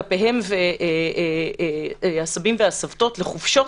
זקניהם וטפם לחופשות,